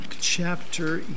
chapter